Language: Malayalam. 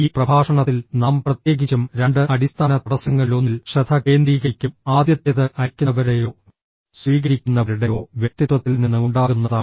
ഈ പ്രഭാഷണത്തിൽ നാം പ്രത്യേകിച്ചും രണ്ട് അടിസ്ഥാന തടസ്സങ്ങളിലൊന്നിൽ ശ്രദ്ധ കേന്ദ്രീകരിക്കും ആദ്യത്തേത് അയയ്ക്കുന്നവരുടെയോ സ്വീകരിക്കുന്നവരുടെയോ വ്യക്തിത്വത്തിൽ നിന്ന് ഉണ്ടാകുന്നതാണ്